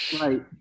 Right